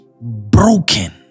broken